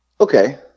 Okay